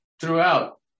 throughout